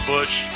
Bush